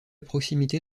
proximité